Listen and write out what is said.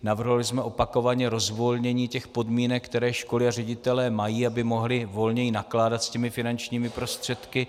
Navrhovali jsme opakovaně rozvolnění těch podmínek, které školy a ředitelé mají, aby mohli volněji nakládat s finančními prostředky.